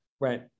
Right